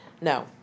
no